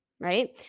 right